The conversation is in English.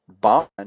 bond